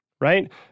right